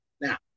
Now